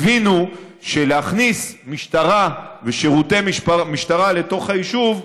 הבינו שלהכניס משטרה ושירותי משטרה לתוך היישוב,